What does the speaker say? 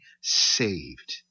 saved